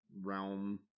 realm